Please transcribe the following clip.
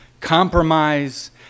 compromise